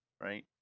right